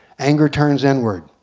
anger turns inward.